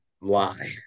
lie